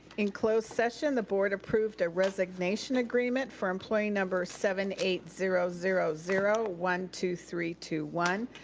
in closed session, the board approved a resignation agreement for employee number seven eight zero zero zero one two three two one.